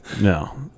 No